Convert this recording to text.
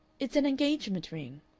it's an engagement ring.